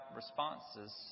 responses